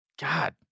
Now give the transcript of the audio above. God